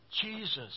Jesus